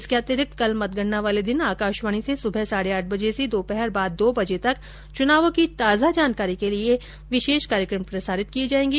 इसके अतिरिक्त कल मतगणना वाले दिन आकाशवाणी से सुबह साढे आठ बजे से दोपहर बाद दो बजे तक चूनावों की ताजा जानकारी के लिए विशेष कार्यक्रम प्रसारित किए जाएंगे